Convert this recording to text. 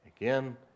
again